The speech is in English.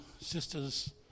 sisters